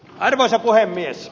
arvoisa puhemies